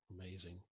Amazing